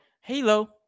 Halo